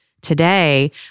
today